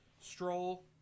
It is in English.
Stroll